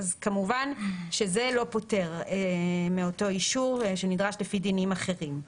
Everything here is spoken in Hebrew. כמובן שזה לא פותר מאותו אישור שנדרש על פי דינים אחרים.